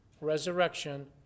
resurrection